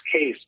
case